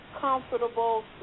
comfortable